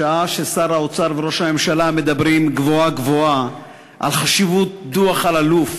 בשעה ששר האוצר וראש הממשלה מדברים גבוהה-גבוהה על חשיבות דוח אלאלוף,